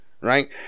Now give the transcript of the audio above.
Right